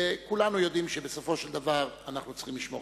כולנו יודעים שבסופו של דבר אנחנו צריכים לשמור